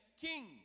king